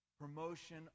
Promotion